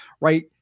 right